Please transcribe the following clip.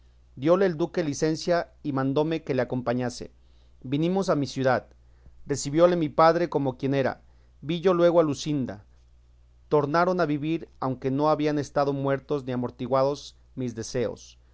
diole el duque licencia y mandóme que le acompañase venimos a mi ciudad recibióle mi padre como quien era vi yo luego a luscinda tornaron a vivir aunque no habían estado muertos ni amortiguados mis deseos